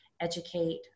educate